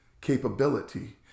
capability